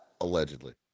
Allegedly